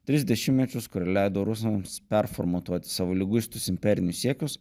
tris dešimtmečius kur leido rusams performatuot savo liguistus imperinius siekius